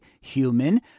human